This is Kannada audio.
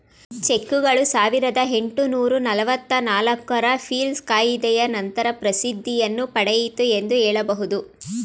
ಚೆಕ್ಗಳು ಸಾವಿರದ ಎಂಟುನೂರು ನಲವತ್ತು ನಾಲ್ಕು ರ ಪೀಲ್ಸ್ ಕಾಯಿದೆಯ ನಂತರ ಪ್ರಸಿದ್ಧಿಯನ್ನು ಪಡೆಯಿತು ಎಂದು ಹೇಳಬಹುದು